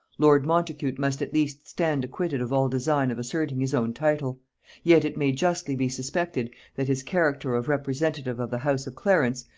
lord montacute must at least stand acquitted of all design of asserting his own title yet it may justly be suspected that his character of representative of the house of clarence,